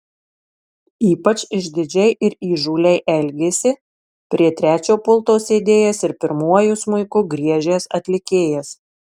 ypač išdidžiai ir įžūliai elgėsi prie trečio pulto sėdėjęs ir pirmuoju smuiku griežęs atlikėjas